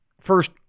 First